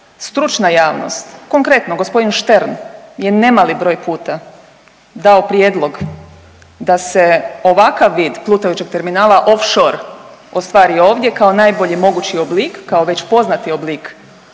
Stručna javnost, konkretno g. Štern je nemali broj puta dao prijedlog da se ovakav vid plutajućeg terminala ofšor ostvari ovdje kao najbolji mogući oblik, kao već poznati oblik